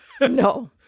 No